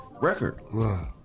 record